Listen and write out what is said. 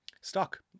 stock